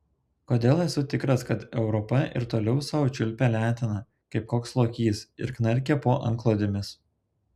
kodėl esu tikras kad europa ir toliau sau čiulpia leteną kaip koks lokys ir knarkia po antklodėmis